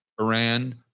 Iran